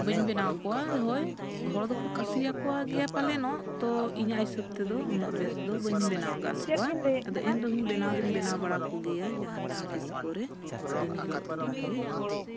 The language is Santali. ᱵᱟᱹᱧ ᱵᱮᱱᱟᱣ ᱠᱚᱣᱟ ᱦᱳᱭ ᱦᱚᱲ ᱫᱚᱠᱚ ᱠᱩᱥᱤ ᱟᱠᱚᱣᱟ ᱜᱮᱭᱟ ᱯᱟᱞᱮᱱᱚᱜ ᱛᱳ ᱤᱧᱟᱹᱜ ᱦᱤᱥᱟᱹᱵ ᱛᱮᱫᱚ ᱩᱱᱟᱹᱜ ᱵᱮᱥ ᱫᱚ ᱵᱟᱹᱧ ᱵᱮᱱᱟᱣ ᱜᱟᱱ ᱠᱚᱣᱟ ᱟᱫᱚ ᱮᱱ ᱨᱮᱦᱚᱧ ᱵᱮᱱᱟᱣ ᱫᱩᱧ ᱵᱮᱱᱟᱣ ᱵᱟᱲᱟ ᱠᱚᱜᱮᱭᱟ ᱡᱟᱦᱟᱸ ᱛᱤᱥ ᱠᱚᱨᱮ ᱫᱤᱱ ᱦᱤᱞᱳᱜ ᱫᱚ ᱵᱟᱝᱜᱮ